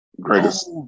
greatest